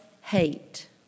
hate